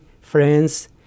friends